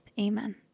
Amen